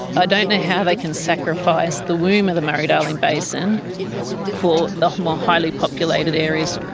ah don't know how they can sacrifice the womb of the murray-darling basin for the more highly populated areas.